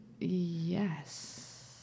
Yes